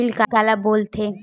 Bill काला बोल थे?